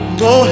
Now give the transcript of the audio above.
go